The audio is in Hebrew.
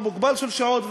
מספר מוגבל של שעות,